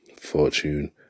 fortune